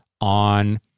on